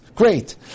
great